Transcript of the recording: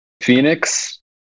Phoenix